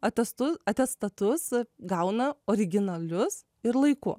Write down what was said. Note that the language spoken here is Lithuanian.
atestu atestatus gauna originalius ir laiku